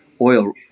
oil